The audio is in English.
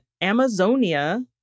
Amazonia